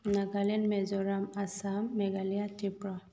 Nagaland Mizoram Assam Meghalaya Tripura